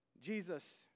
Jesus